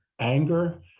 anger